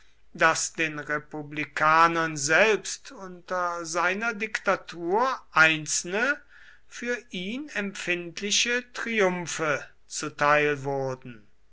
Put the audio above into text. daß den republikanern selbst unter seiner diktatur einzelne für ihn empfindliche triumphe zuteil wurden